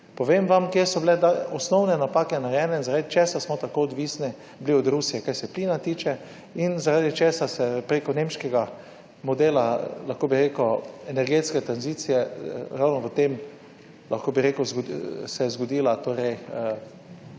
Povem vam, kje so bile osnovne napake narejene in zaradi česa smo tako odvisni bili od Rusije, kar se plina tiče, in zaradi česar se preko nemškega modela energetske tranzicije, ravno v tem se je zgodila torej